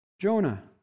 Jonah